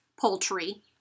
Poultry